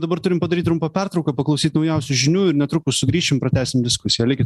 dabar turim padaryt trumpą pertrauką paklausyt naujausių žinių ir netrukus sugrįšim pratęsim diskusiją likit